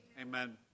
Amen